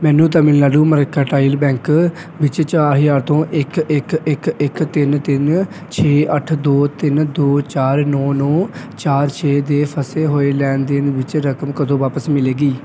ਮੈਨੂੰ Tamilnad mercantile bank ਵਿੱਚ ਚਾਰ ਹਜ਼ਾਰ ਤੋਂ ਇੱਕ ਇੱਕ ਇੱਕ ਇੱਕ ਤਿੰਨ ਤਿੰਨ ਛੇ ਅੱਠ ਦੋ ਤਿੰਨ ਦੋ ਚਾਰ ਨੌਂ ਨੌਂ ਚਾਰ ਛੇ ਦੇ ਫਸੇ ਹੋਏ ਲੈਣ ਦੇਣ ਵਿੱਚ ਰਕਮ ਕਦੋਂ ਵਾਪਸ ਮਿਲੇਗੀ